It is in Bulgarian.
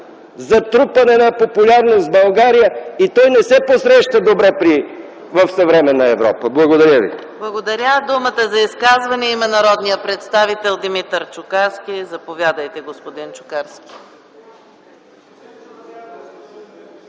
за трупане на популярност в България и той не се посреща добре в съвременна Европа. Благодаря ви. ПРЕДСЕДАТЕЛ ЕКАТЕРИНА МИХАЙЛОВА: Благодаря. Думата за изказване има народният представител Димитър Чукарски. Заповядайте, господин Чукарски.